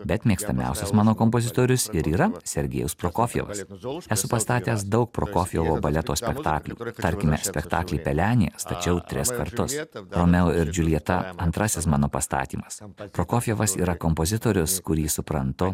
bet mėgstamiausias mano kompozitorius ir yra sergejus prokofjevas esu pastatęs daug prokofjevo baleto spektaklių tarkime spektaklį pelenė stačiau tris kartus romeo ir džiuljeta antrasis mano pastatymas prokofjevas yra kompozitorius kurį suprantu